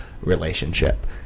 relationship